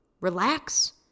relax